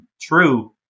true